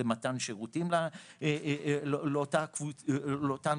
למתן שירותים לאותן קבוצות,